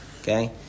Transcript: okay